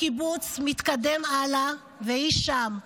הקיבוץ מתקדם הלאה, והיא שם.